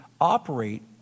operate